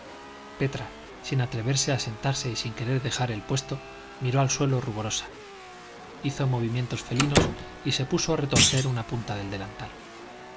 petra sin atreverse a sentarse y sin querer dejar el puesto miró al suelo ruborosa hizo movimientos felinos y se puso a retorcer una punta del delantal